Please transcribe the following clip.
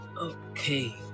Okay